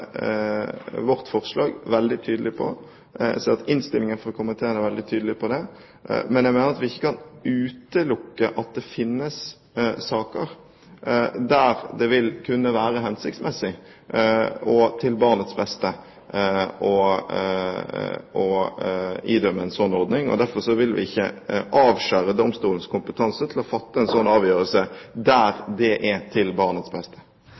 vårt forslag veldig tydelig på. Innstillingen fra komiteen er veldig tydelig på det. Men jeg mener at vi ikke kan utelukke at det finnes saker der det vil kunne være hensiktsmessig og til barnets beste å idømme en slik ordning. Derfor vil vi ikke avskjære domstolenes kompetanse til å fatte en slik avgjørelse der det er til barnets beste.